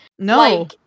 no